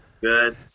Good